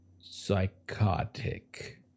psychotic